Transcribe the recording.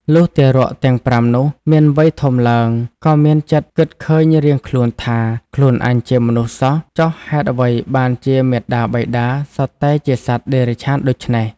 លុះទារកទាំង ៥ នោះ មានវ័យធំឡើង ក៏មានចិត្តគិតឃើញរៀងខ្លួនថា៖ "ខ្លួនអញជាមនុស្សសោះ ចុះហេតុអ្វីបានជាមាតាបិតាសុទ្ធតែជាសត្វតិរច្ឆានដូច្នេះ!"។